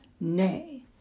nay